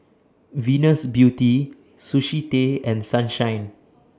Venus Beauty Sushi Tei and Sunshine